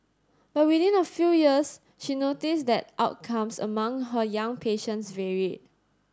but within a few years she noticed that outcomes among her young patients varied